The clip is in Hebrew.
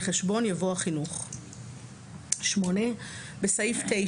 אחרי "לחשבון" יבוא "החינוך"; בסעיף 9